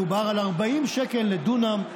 דובר על 40 שקל לדונם.